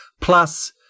Plus